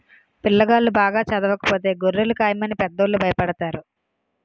పిల్లాగాళ్ళు బాగా చదవకపోతే గొర్రెలు కాయమని పెద్దోళ్ళు భయపెడతారు